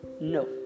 no